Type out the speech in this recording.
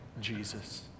Jesus